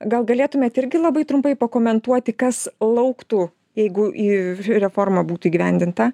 gal galėtumėt irgi labai trumpai pakomentuoti kas lauktų jeigu į reforma būtų įgyvendinta